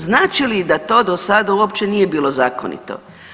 Znači li da to do sada uopće nije bilo zakonito.